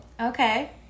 Okay